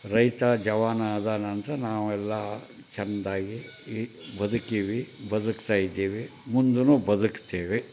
ರೈತ ಜವಾನ ಅದಾನಂತ ನಾವೆಲ್ಲ ಚೆಂದಾಗಿ ಈ ಬದುಕೀವಿ ಬದುಕ್ತಾಯಿದ್ದೀವಿ ಮುಂದೂ ಬದುಕ್ತೇವೆ